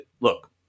look